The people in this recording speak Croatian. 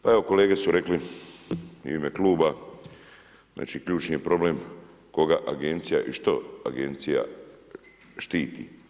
Pa evo kolege su rekli u ime kluba, znači ključni je problem koga agencija i što agencija štiti.